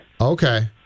Okay